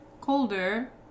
colder